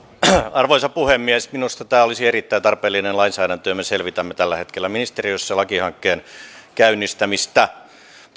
arvoisa puhemies minusta tämä olisi erittäin tarpeellinen lainsäädäntö ja me selvitämme tällä hetkellä ministeriössä lakihankkeen käynnistämistä